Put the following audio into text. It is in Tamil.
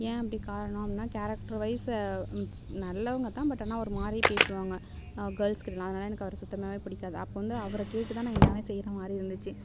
ஏன் அப்படி காரணம் அப்படின்னா கேரக்டர் வைஸ் நல்லவங்கதான் பட் ஆனால் ஒரு மாதிரி பேசுவாங்க கேர்ள்ஸ்கிட்டலாம் அதனால எனக்கு அவரை சுத்தமாகவே பிடிக்காது அப்போ வந்து அவரை கேட்டு தான் நான் எல்லாம் செய்கிற மாதிரி இருந்துச்சு